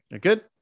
Good